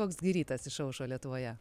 koks gi rytas išaušo lietuvoje